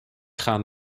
gaan